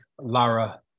lara